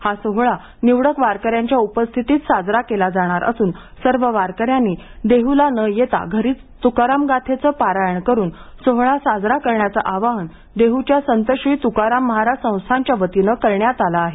हा सोहळा निवडक वारकऱ्यांच्या उपस्थितीत साजरा केला जाणार असून सर्व वारकऱ्यांनी देहूला न येता घरीच तुकाराम गाथेचे पारायण करून सोहळा साजरा करण्याचे आवाहन देहूच्या संतश्री तुकाराम महाराज संस्थानच्या वतीनं करण्यात आलं आहे